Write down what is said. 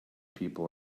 people